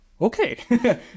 okay